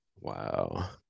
Wow